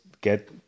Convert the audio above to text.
get